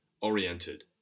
oriented